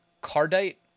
Cardite